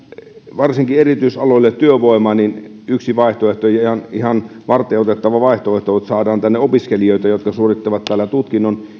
varsinkin erityisaloille työvoimaa niin yksi vaihtoehto ja ihan varteenotettava vaihtoehto on että saadaan tänne opiskelijoita jotka suorittavat täällä tutkinnon